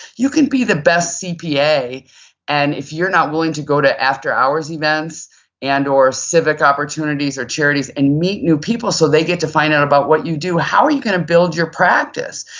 you could be the best cpa and if you're not willing to go to after hours events and or civic opportunities or charities and meet new people so they get to find out about what you do, how are you going to build your practice?